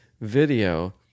video